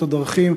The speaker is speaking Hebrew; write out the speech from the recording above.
את ארליך.